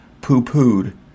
poo-pooed